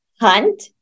hunt